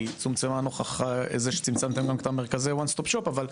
היא צומצמה נוכח זה שצמצמתם את מרכזי ה-"One Stop Shop" אבל,